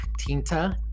Tinta